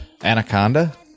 Anaconda